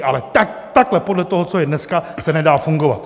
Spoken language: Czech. Ale podle toho, co je dneska, se nedá fungovat.